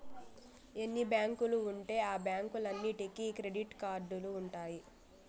ఎన్ని బ్యాంకులు ఉంటే ఆ బ్యాంకులన్నీటికి క్రెడిట్ కార్డులు ఉంటాయి